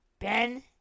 Ben